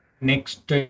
next